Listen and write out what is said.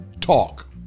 talk